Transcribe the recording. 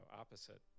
opposite